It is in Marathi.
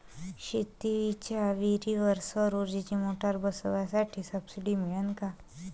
शेतीच्या विहीरीवर सौर ऊर्जेची मोटार बसवासाठी सबसीडी मिळन का?